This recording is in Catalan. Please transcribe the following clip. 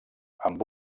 amb